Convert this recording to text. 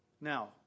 Now